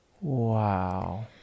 wow